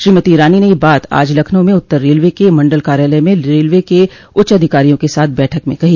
श्रीमती ईरानी न यह बात आज लखनऊ में उत्तर रेलवे के मंडल कार्यालय में रेलवे के उच्च अधिकारियों के साथ बैठक में कही